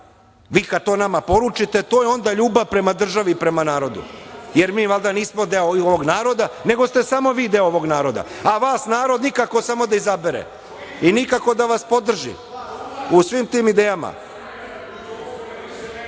to kada nama poručite to je ljubav prema državi i prema narodu, jer mi valjda nismo deo ovog naroda, nego ste samo vi deo ovog naroda, a vas narod nikako samo da izabere i nikako da vas podrži u svim tim